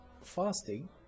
fasting